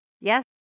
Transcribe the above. Yes